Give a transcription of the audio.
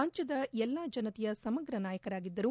ರಾಜ್ಯದ ಎಲ್ಲಾ ಜನತೆಯ ಸಮಗ್ರ ನಾಯಕರಾಗಿದ್ದರು